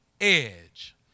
edge